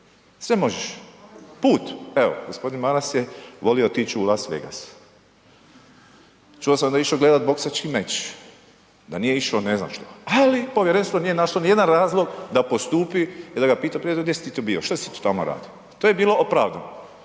sve možeš. Put, evo gospodin Maras je volio otići u Las Vegas, čuo sam da je išao gledati boksački meč, da nije išao ne …, ali povjerenstvo nije našlo nijedan razlog i da postupi i da ga pita npr. gdje si ti to bio, što si ti tamo radio. To je bilo opravdano.